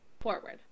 forward